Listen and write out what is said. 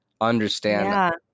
understand